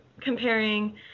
comparing